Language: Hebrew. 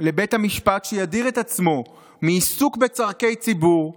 לבית המשפט שידיר את עצמו מעיסוק בצורכי ציבור,